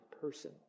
person